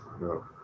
no